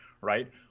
right